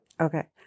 Okay